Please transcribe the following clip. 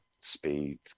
speed